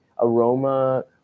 Aroma